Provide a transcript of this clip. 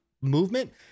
movement